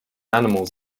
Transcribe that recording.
animals